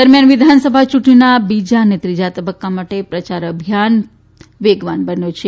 દરમિયાન વિધાનસભા યૂંટણીના બીજા અને ત્રીજા તબક્કા માટે પ્રયાર વેગવાન બન્યો છે